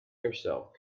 yourself